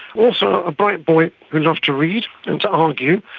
also a bright boy who loved to read and to argue.